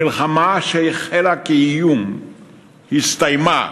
המלחמה שהחלה כאיום הסתיימה